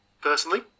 Personally